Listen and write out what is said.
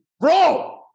Bro